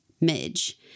Midge